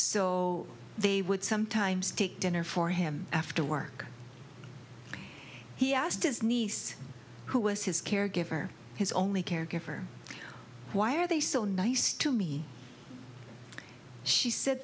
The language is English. so they would sometimes take dinner for him after work he asked his niece who was his caregiver his only caregiver why are they so nice to me she said